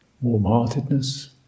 Warm-heartedness